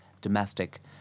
domestic